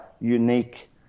unique